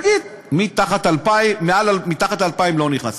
תגיד: מתחת ל-2,000 לא נכנס.